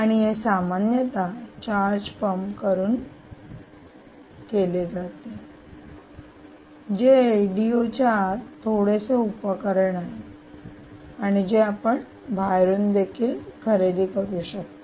आणि हे सामान्यत चार्ज पंप वापरुन केले जाते जे एलडीओ च्या आत थोडेसे उपकरण आहे आणि जे आपण बाहेरून देखील खरेदी करू शकता